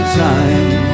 time